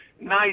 nice